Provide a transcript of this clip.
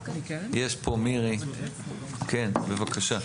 כן, בבקשה.